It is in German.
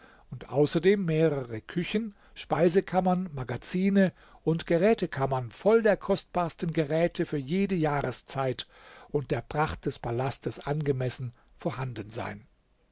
und außerdem mehrere küchen speisekammern magazine und gerätekammern voll der kostbarsten geräte für jede jahreszeit und der pracht des palastes angemessen vorhanden sein